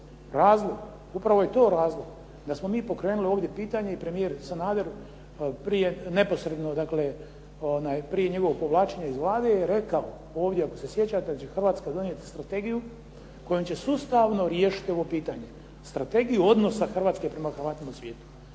Razlog, upravo je to razlog da smo mi pokrenuli ovdje pitanje i premijer Sanader neposredno prije njegovog povlačenja iz Vlade je rekao ovdje ako se sjećate da će Hrvatska donijeti strategiju kojom će sustavno riješiti ovo pitanje strategiju odnosa Hrvatske prema Hrvatima u svijetu.